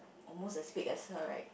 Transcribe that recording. almost the speed as her right